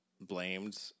blamed